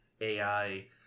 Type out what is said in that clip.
AI